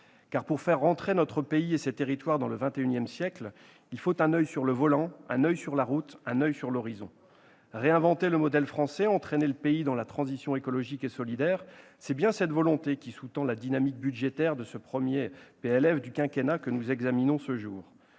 pour faire entrer notre pays et ses territoires dans le XXI siècle, il faut avoir un oeil sur le volant et l'autre sur la route et sur l'horizon. Réinventer le modèle français et entraîner notre pays dans la transition écologique et solidaire, c'est bien cette volonté qui sous-tend la dynamique budgétaire du premier projet de loi de finances du quinquennat, que nous examinons ce jour.